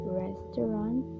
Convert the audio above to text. restaurant